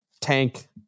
Tank